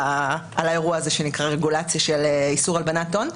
האירוע הזה שנקרא רגולציה של איסור הלבנת הון,